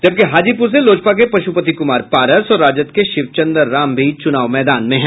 जबकि हाजीपुर से लोजपा के पशुपति कुमार पारस और राजद के शिवचंद्र राम भी चूनाव मैदान में हैं